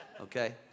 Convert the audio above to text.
Okay